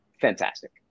Fantastic